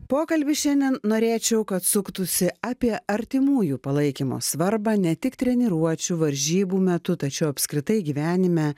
pokalbis šiandien norėčiau kad suktųsi apie artimųjų palaikymo svarbą ne tik treniruočių varžybų metu tačiau apskritai gyvenime